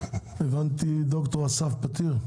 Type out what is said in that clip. ד"ר אסף פתיר,